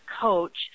coach